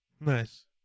Nice